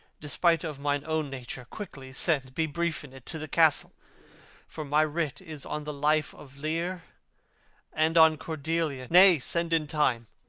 despite of mine own nature. quickly send be brief in it to the castle for my writ is on the life of lear and on cordelia nay, send in time.